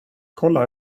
kolla